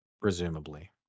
Presumably